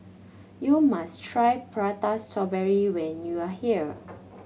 you must try Prata Strawberry when you are here